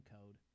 Code